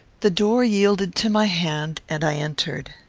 the door yielded to my hand, and i entered.